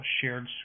shared